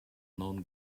known